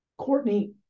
Courtney